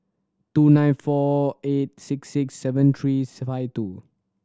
two nine four eight six six seven threes five two